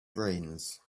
brains